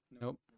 Nope